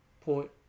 point